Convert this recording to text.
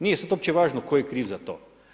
Nije sad uopće važno tko je kriv za to.